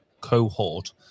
cohort